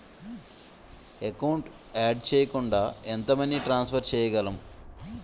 Account add చేయకుండా ఎంత money transfer చేయగలము?